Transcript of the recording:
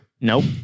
Nope